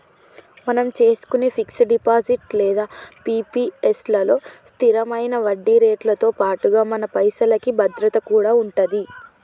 మనం చేసుకునే fix deposit లేదా పి.పి.ఎస్ లలో స్థిరమైన వడ్డీరేట్లతో పాటుగా మన పైసలకి భద్రత కూడా ఉంటది